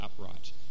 upright